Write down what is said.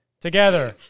together